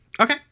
Okay